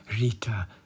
Rita